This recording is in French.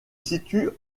situe